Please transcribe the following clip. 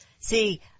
See